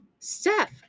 Steph